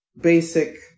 basic